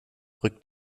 rückt